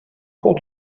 cours